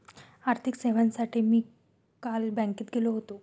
आर्थिक सेवांसाठी मी काल बँकेत गेलो होतो